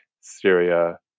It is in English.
Syria